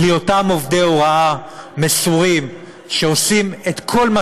בלי אותם עובדי הוראה מסורים שעושים את כל מה